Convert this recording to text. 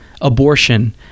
abortion